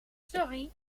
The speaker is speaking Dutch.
sorry